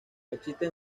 existen